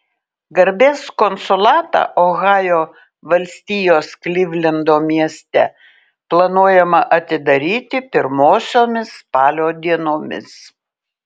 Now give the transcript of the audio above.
garbės konsulatą ohajo valstijos klivlendo mieste planuojama atidaryti pirmosiomis spalio dienomis